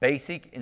Basic